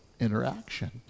interaction